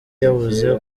yabuze